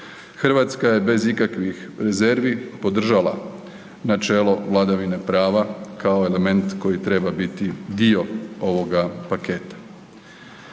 Hrvatska je bez ikakvih rezervi podržala načelo vladavine prava kao element koji treba biti dio ovoga paketa.